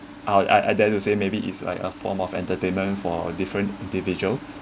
I I dare to say maybe it's like a form of entertainment for different individual